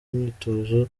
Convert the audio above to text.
imyitozo